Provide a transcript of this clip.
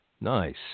Nice